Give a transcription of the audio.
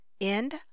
End